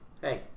Hey